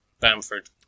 Bamford